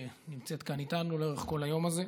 שנמצאת כאן איתנו לאורך כל היום הזה,